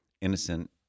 innocent